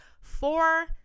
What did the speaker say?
four